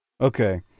Okay